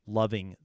loving